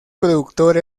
productor